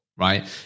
right